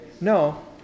no